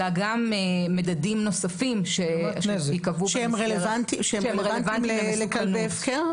אלא גם מדדים נוספים שייקבעו --- שהם רלוונטיים לכלבי הפקר?